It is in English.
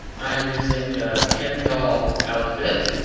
i am using a ken doll outfit.